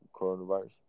coronavirus